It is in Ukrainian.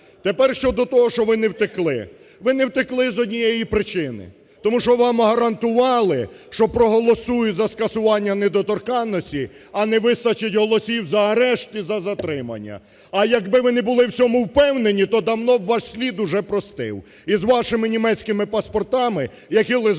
Тепер щодо того, що ви не втекли, ви не втекли з однієї причини, тому що вам гарантували, що проголосують за скасування недоторканності, а не вистачить голосів за арешт і за затримання, а якби ви не були в цьому впевнені, то давно б ваш слід уже простив і з вашими німецькими паспортами, які лежать